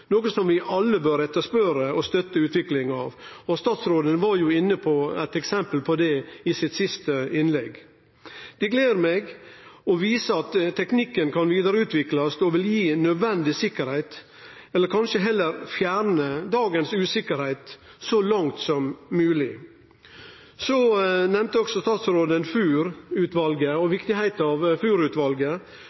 noko vi alle bør etterspørje og støtte utviklinga av. Statsråden var jo inne på eit eksempel på det i sitt siste innlegg. Det gler meg og viser at teknikken kan vidareutviklast og vil gi nødvendig sikkerheit, eller kanskje heller fjerne dagens usikkerheit – så langt som mogleg. Statsråden nemnde også FUR-utvalet og